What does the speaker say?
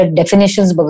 definitions